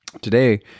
today